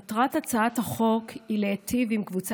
מטרת הצעת החוק היא להיטיב עם קבוצה